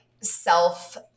self